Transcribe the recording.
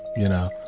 you know.